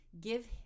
Give